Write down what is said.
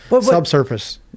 subsurface